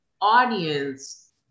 audience